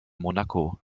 monaco